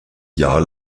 jahr